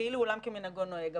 כאילו עולם כמנהגו נוהג.